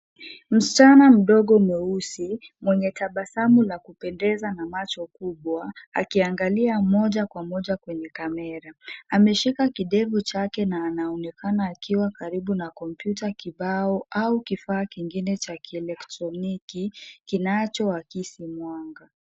Msichana mdogo mweusi mwenye tabasamu la kupendeza na macho kubwa akiangalia moja kwa moja kwenye kamera. Ameshikilia kidevu chake na anaonekana akiwa karibu na kopmyuta kibao au kifaa kengine cha kielektroniki kinachoakisi mwanga.